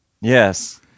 yes